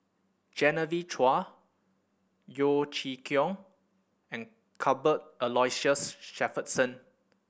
Genevieve Chua Yeo Chee Kiong and Cuthbert Aloysius Shepherdson